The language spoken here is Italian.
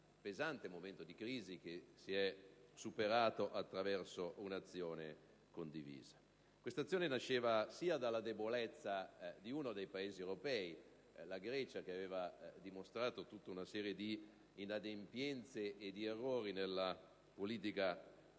pesante momento di crisi che è stato superato attraverso un'azione condivisa. Questa situazione nasceva dalla debolezza di uno dei Paesi europei, la Grecia, che aveva mostrato tutta una serie di inadempienze e di errori nella politica economica